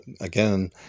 again